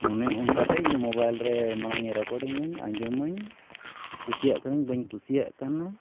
ᱢᱟᱱᱮ ᱚᱱᱠᱟᱛᱮ ᱢᱳᱵᱟᱭᱤᱞ ᱨᱮ ᱢᱟᱲᱟᱝ ᱨᱮᱠᱚᱰᱤᱝᱼᱟᱹᱧ ᱟᱸᱡᱚᱢᱟᱹᱧ ᱠᱩᱥᱤᱭᱟᱜ ᱠᱟᱱᱟ ᱵᱟᱹᱧ ᱠᱩᱥᱤᱭᱟᱜ ᱠᱟᱱᱟ